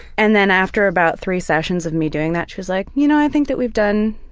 and then after about three sessions of me doing that she was like you know i think that we've done